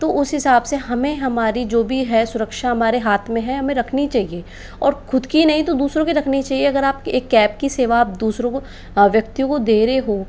तो उस हिसाब से हमें हमारी जो भी है सुरक्षा हमारे हाथ में हैं हमें रखनी चाहिए और खुद की ही नहीं तो दूसरों की रखनी चाहिए अगर आपको एक कैब की सेवा आप दूसरों को व्यक्तियों को दे रहे हो